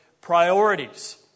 priorities